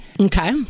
Okay